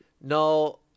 No